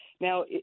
Now